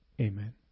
Amen